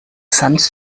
sense